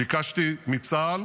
ביקשתי מצה"ל